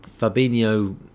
Fabinho